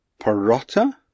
parotta